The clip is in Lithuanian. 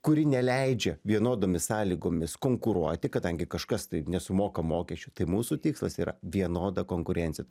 kuri neleidžia vienodomis sąlygomis konkuruoti kadangi kažkas tai nesumoka mokesčių tai mūsų tikslas yra vienoda konkurencija